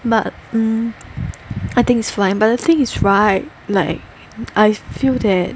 but mm I think it's fine but the thing is right like I feel that